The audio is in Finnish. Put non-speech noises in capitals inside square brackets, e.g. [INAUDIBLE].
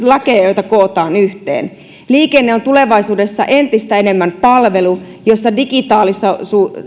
[UNINTELLIGIBLE] lakeja joita kootaan yhteen liikenne on tulevaisuudessa entistä enemmän palvelu jossa digitaalisuus